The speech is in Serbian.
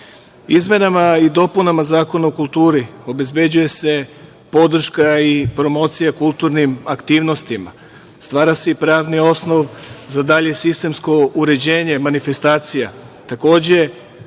i dopunama Zakona o kulturi, obezbeđuje se podrška i promocija kulturnim aktivnostima, stvara se i pravni osnov za dalje sistemsko uređenje, manifestacija. Takođe,